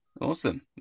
Awesome